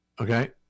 okay